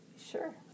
Sure